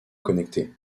connectés